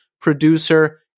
producer